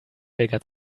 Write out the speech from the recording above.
helga